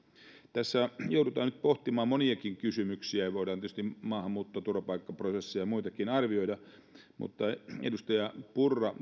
tässä joudutaan nyt pohtimaan moniakin kysymyksiä ja voidaan tietysti maahanmuuttoa turvapaikkaprosessia ja muitakin arvioida mutta edustaja purra